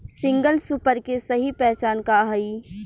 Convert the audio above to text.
Single super के सही पहचान का हई?